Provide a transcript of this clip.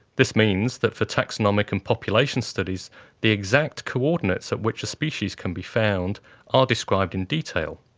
this means that for taxonomic and population studies the exact coordinates at which a species can be found are described in detail.